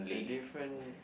the different